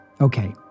Okay